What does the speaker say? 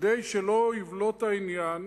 כדי שלא יבלוט העניין,